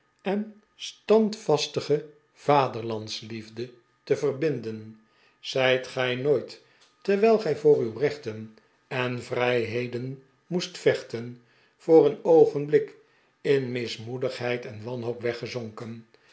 en standvastige vaderlandsliefde te verbinden zijt gij nooit terwijl gij voor uw rechten en vrijheden moest vechten voor een oogenblik in mismoedigheid en wanhoop weggezonken